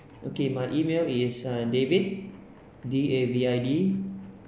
okay my email is ah david D A V I D